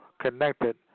connected